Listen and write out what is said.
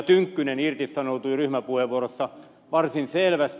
tynkkynen irtisanoutui ryhmäpuheenvuorossaan varsin selvästi